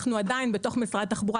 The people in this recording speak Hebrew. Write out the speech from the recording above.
עדיין בתוך משרד התחבורה,